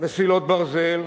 מסילות ברזל,